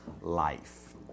life